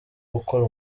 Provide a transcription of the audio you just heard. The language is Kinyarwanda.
gukora